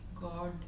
God